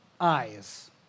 eyes